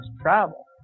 travel